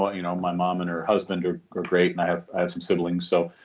you know my mom and her husband are are great and i have i have some siblings. so,